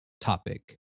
topic